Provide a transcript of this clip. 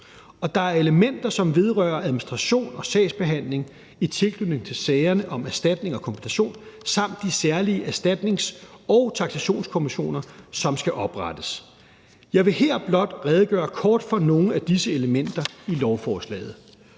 Der er elementer, som vedrører administration og sagsbehandling i tilknytning til sagerne om erstatning og kompensation samt de særlige erstatnings- og taksationskommissioner, som skal oprettes. Jeg vil her blot redegøre kort for nogle af disse elementer i lovforslaget